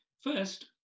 First